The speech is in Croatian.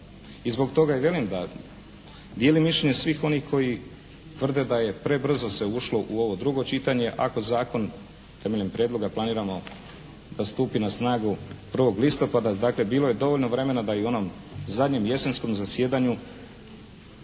i zbog toga i kažem da dijelim mišljenje svih onih koji tvrde da je prebrzo se ušlo u ovo drugo čitanje ako zakon temeljem prijedloga planiramo da stupi na snagu 1. listopada. Dakle, bilo je dovoljno vremena da i u onom zadnjem jesenskom zasjedanju